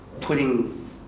putting